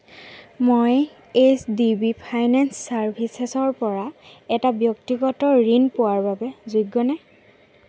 মই H D B finance চাৰ্ভিচেছৰপৰা এটা ব্যক্তিগত ঋণ পোৱাৰ বাবে যোগ্যনে